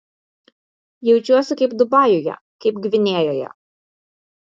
jaučiuosi kaip dubajuje kaip gvinėjoje